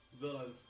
villains